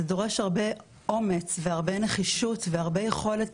זה דורש הרבה אומץ והרבה נחישות והרבה יכולת